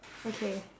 okay